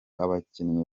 abakinyi